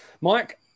Mike